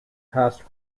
past